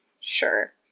Sure